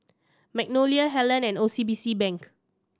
Magnolia Helen and O C B C Bank